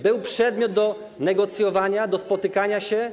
Był przedmiot do negocjowania, do spotykania się.